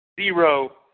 Zero